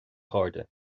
chairde